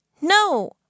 No